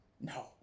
No